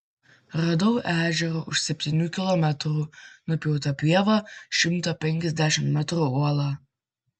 radau ežerą už septynių kilometrų nupjauta pieva šimto penkiasdešimt metrų uola